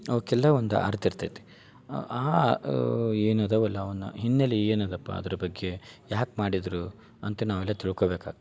ಅವ್ಕೆಲ್ಲ ಒಂದು ಅರ್ಥ ಇರ್ತೈತಿ ಆ ಏನದವಲ್ಲ ಅವನ್ನ ಹಿನ್ನಲೆ ಏನದಪ್ಪ ಅದ್ರ ಬಗ್ಗೆ ಯಾಕೆ ಮಾಡಿದರು ಅಂತ ನಾವೆಲ್ಲ ತಿಳ್ಕೊಬೇಕಾಗ್ತೈತಿ